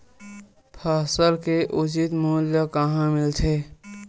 फसल के उचित मूल्य कहां मिलथे?